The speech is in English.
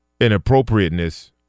inappropriateness